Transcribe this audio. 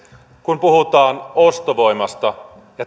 kun puhutaan ostovoimasta ja